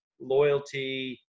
loyalty